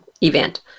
event